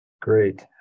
Great